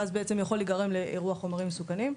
ואז בעצם יכול להיגרם אירוע חומרים מסוכנים.